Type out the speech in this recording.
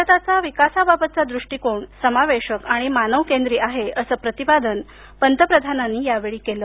भारताचा विकासाबाबतचा दृष्टीकोन समावेशक आणि मानव केंद्री आहे असं प्रतिपादन पंतप्रधानांनी यावेळी केलं